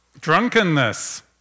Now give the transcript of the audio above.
Drunkenness